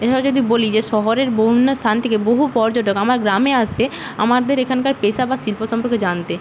এবার যদি বলি যে শহরের বিভিন্ন স্থান থেকে বহু পর্যটক আমার গ্রামে আসে আমাদের এখানকার পেশা বা শিল্প সম্পর্কে জানতে